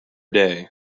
day